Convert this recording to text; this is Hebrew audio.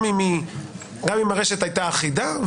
וגם אם הרשת הייתה אחידה,